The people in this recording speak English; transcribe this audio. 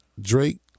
Drake